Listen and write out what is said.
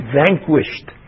vanquished